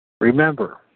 Remember